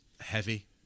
heavy